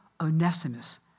Onesimus